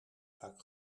vaak